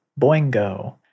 boingo